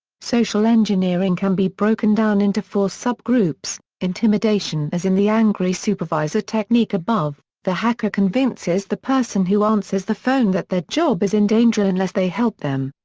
social engineering can be broken down into four sub-groups intimidation as in the angry supervisor technique above, the hacker convinces the person who answers the phone that their job is in danger unless they help them.